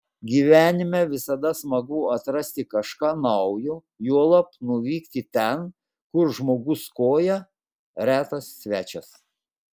gyvenime visada smagu atrasti kažką naujo juolab nuvykti ten kur žmogus koja retas svečias